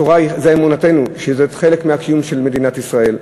התורה, זו אמונתנו שזה חלק מהקיום של מדינת ישראל.